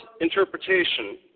interpretation